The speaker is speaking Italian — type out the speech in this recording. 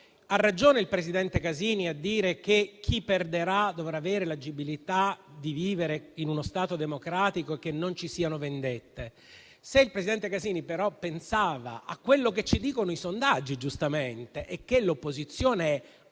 Ha ragione il presidente Casini a dire che chi perderà dovrà avere l'agibilità di vivere in uno Stato democratico e che non ci siano vendette. Se però il presidente Casini pensava a quello che ci dicono i sondaggi e al fatto che l'opposizione è